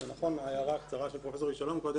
זה נכון ההערה הקצרה של פרופסור איש שלום קודם,